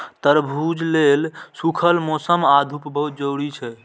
तरबूज लेल सूखल मौसम आ धूप बहुत जरूरी छै